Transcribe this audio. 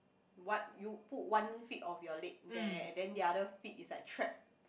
what you put one feet of your leg there and then the other feet is like trapped